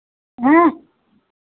आँय